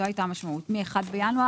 זו הייתה המשמעות, מ-1 בינואר.